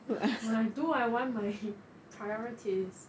when I do I want my priorities